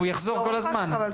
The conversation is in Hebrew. הוא יחזור כל הזמן.